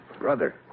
brother